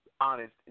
Honest